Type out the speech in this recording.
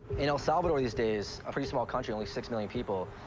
in el salvador these days, a pretty small country, only six million people,